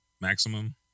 Maximum